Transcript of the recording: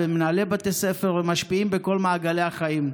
והם מנהלי בתי ספר ומשפיעים בכל מעגלי החיים.